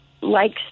likes